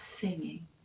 singing